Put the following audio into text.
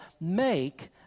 make